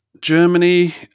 Germany